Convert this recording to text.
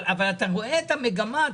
אבל אתה רואה את המגמה,